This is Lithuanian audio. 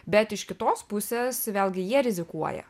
bet iš kitos pusės vėlgi jie rizikuoja